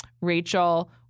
Rachel